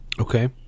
Okay